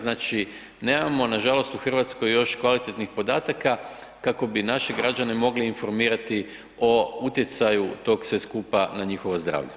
Znači, nemamo nažalost u Hrvatskoj još kvalitetnih podataka kako bi naše građane mogli informirati o utjecaju tog sve skupa na njihovo zdravlje.